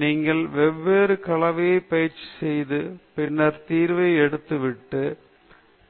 நீங்கள் பல்வேறு கலவையை முயற்சி செய்து பின்னர் தீர்வை எறிந்துவிட்டு